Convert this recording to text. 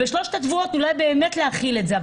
בשלושת השבועות אולי באמת אפשר להחיל את זה.